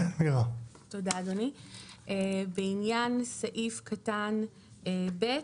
הערה טכנית בעניין סעיף קטן (ב):